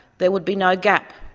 there would be no gap,